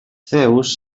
zeus